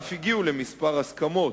ואף הגיעו לכמה מסקנות,